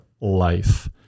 life